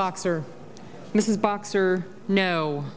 boxer mrs boxer no